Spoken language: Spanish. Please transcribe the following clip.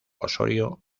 osorio